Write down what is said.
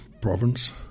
province